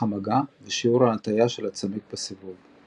המגע ושיעור ההטיה של הצמיג בסיבוב.